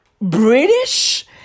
British